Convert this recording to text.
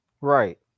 right